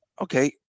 Okay